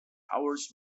hours